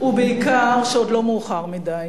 ובעיקר, שעוד לא מאוחר מדי.